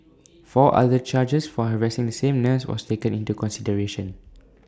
four other charges for harassing the same nurse was taken into consideration